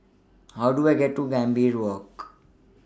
How Do I get to Gambir Walk